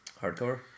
hardcore